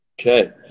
Okay